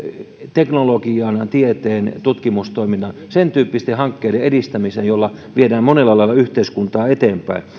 teknologian tieteen tutkimustoiminnan sen tyyppisten hankkeiden edistämiseen joilla viedään monella lailla yhteiskuntaa eteenpäin